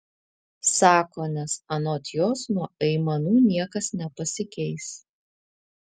sako nes anot jos nuo aimanų niekas nepasikeis